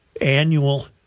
annual